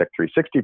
360